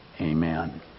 Amen